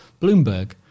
Bloomberg